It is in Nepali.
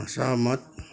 सहमत